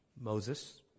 Moses